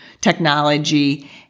technology